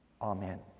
amen